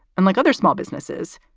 and like other small businesses,